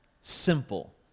simple